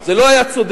זה לא היה צודק,